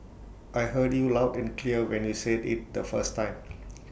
I heard you loud and clear when you said IT the first time